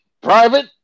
private